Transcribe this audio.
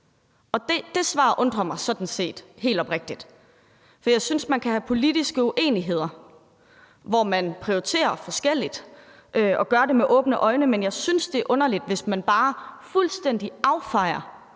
og det svar undrer mig sådan set helt oprigtigt. For jeg synes, man kan have politiske uenigheder, hvor man prioriterer forskelligt og gør det med åbne øjne. Men jeg synes, det er underligt, hvis man bare fuldstændig affejer